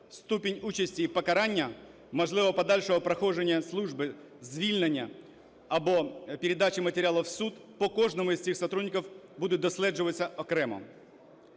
Ступінь участі і покарання, можливе подальше проходження служби, звільнення або передача матеріалів в суд – по кожному із цих сотрудників буде досліджуватися окремо.